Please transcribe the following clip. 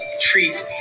treat